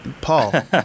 Paul